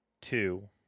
two